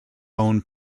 own